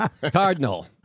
Cardinal